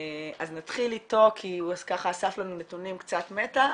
אז נתחיל איתו כי הוא אסף לנו נתונים קצת מטה.